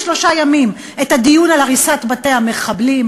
בשלושה ימים את הדיון על הריסת בתי המחבלים.